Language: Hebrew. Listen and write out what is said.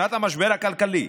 בשנת המשבר הכלכלי,